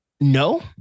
no